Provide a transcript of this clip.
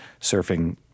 surfing